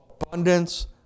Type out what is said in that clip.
abundance